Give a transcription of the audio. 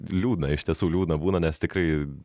liūdna iš tiesų liūdna būna nes tikrai